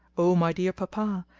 o my dear papa,